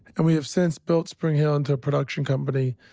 and we have since built springhill into a production company